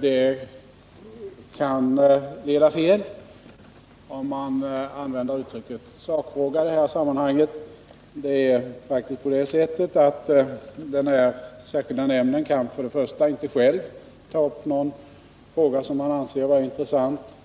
Det kan leda fel, om man i detta sammanhang använder uttrycket sakfråga. Det är faktiskt på det sättet att denna särskilda nämnd för det första själv inte till bedömning kan ta upp en fråga som den anser intressant.